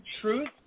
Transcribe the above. truth